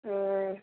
ம்